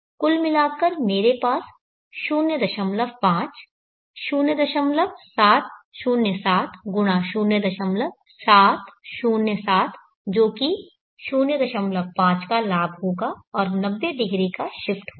कुल मिलाकर मेरे पास 05 0707 गुणा 0707 जो कि 05 का लाभ होगा और 90° का शिफ्ट होगा